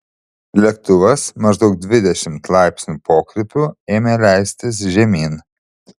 lėktuvas maždaug dvidešimt laipsnių pokrypiu ėmė leistis žemyn